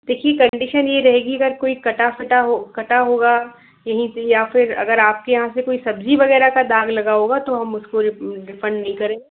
देखिए कन्डिशन यह रहेगी अगर कोई कटा फटा हो कटा होगा यही से या फिर अगर आपके यहाँ से कोई सब्ज़ी वग़ैरह का दाग़ लगा होगा तो हम उसको रिफंड नहीं करेंगे